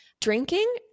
drinking